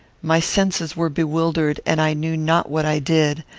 my senses were bewildered, and i knew not what i did.